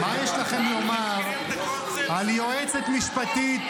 מה יש לכם לומר על יועצת משפטית